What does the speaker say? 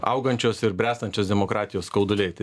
augančios ir bręstančios demokratijos skauduliai tai